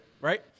Right